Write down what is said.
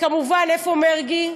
כמובן מרגי,